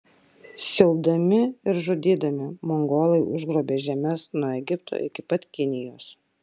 siaubdami ir žudydami mongolai užgrobė žemes nuo egipto iki pat kinijos